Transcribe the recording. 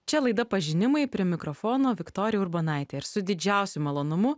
čia laida pažinimai prie mikrofono viktorija urbonaitė ir su didžiausiu malonumu